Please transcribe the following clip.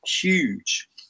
huge